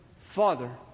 Father